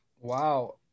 Wow